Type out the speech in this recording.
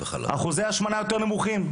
אחוזי ההשמנה יותר נמוכים.